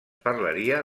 parlaria